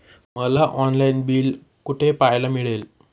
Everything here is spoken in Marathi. मला ऑनलाइन बिल कुठे पाहायला मिळेल?